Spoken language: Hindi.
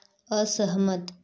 असहमत